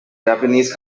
japanese